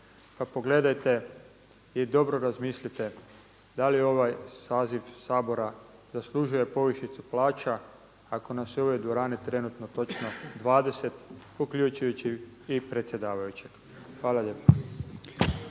pogledajte i dobro razmislite da li je ovaj saziv Sabora zaslužuje povišicu plaća, ako nas je u ovoj dvorani trenutno točno 20 uključujući i predsjedavajućeg. Hvala lijepa.